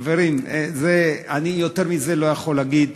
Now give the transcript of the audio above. חברים, אני יותר מזה לא יכול להגיד.